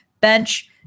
Bench